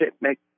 make